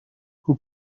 who